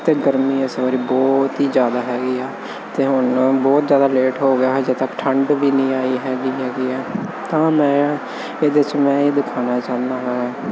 ਅਤੇ ਗਰਮੀ ਇਸ ਵਾਰੀ ਬਹੁਤ ਹੀ ਜ਼ਿਆਦਾ ਹੈਗੀ ਆ ਅਤੇ ਹੁਣ ਬਹੁਤ ਜ਼ਿਆਦਾ ਲੇਟ ਹੋ ਗਿਆ ਅਜੇ ਤੱਕ ਠੰਡ ਵੀ ਨਹੀਂ ਆਈ ਹੈਗੀ ਹੈਗੀ ਆ ਤਾਂ ਮੈਂ ਇਹਦੇ 'ਚ ਮੈਂ ਇਹ ਦਿਖਾਉਣਾ ਚਾਹੁੰਦਾ ਹਾਂ